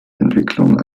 entwicklung